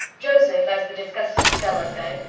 joseph, as the disgusted stella said,